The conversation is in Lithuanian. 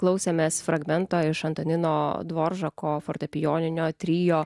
klausėmės fragmentą iš antaninos dvoržako fortepijoninio trio